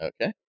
Okay